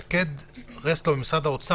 שקד כסלו ממשרד האוצר,